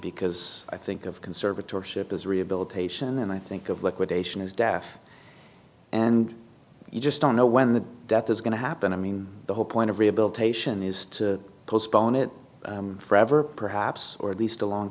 because i think of conservatories ship is rehabilitation and i think of liquidation is death and you just don't know when the death is going to happen i mean the whole point of rehabilitation is to postpone it forever perhaps or at least a long